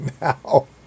now